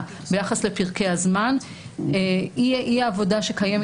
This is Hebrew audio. ביחס לפרקי הזמן היא התוצאה שקיימת,